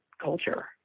culture